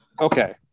okay